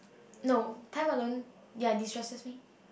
no time alone ya distresses me